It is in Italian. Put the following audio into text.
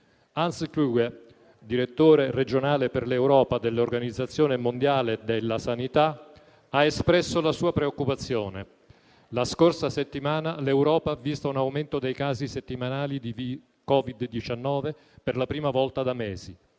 Hans Kluge, direttore regionale per l'Europa dell'Organizzazione mondiale della sanità, ha espresso la sua preoccupazione: «la scorsa settimana in Europa si è registrato un aumento dei casi settimanali di Covid-19 per la prima volta da mesi».